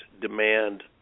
demand